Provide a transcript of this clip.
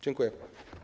Dziękuję.